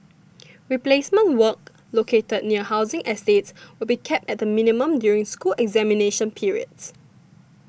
replacement work located near housing estates will be kept at the minimum during school examination periods